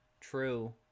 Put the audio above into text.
True